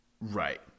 Right